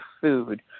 food